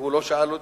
והוא לא שואל אותי,